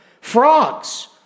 Frogs